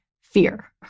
fear